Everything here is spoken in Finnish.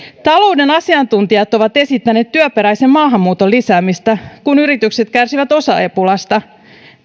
talouden asiantuntijat ovat esittäneet työperäisen maahanmuuton lisäämistä kun yritykset kärsivät osaajapulasta